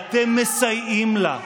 אתם מסייעים לה.